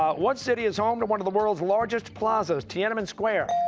um what city is home to one of the world's largest plazas, tiananmen square?